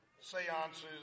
seances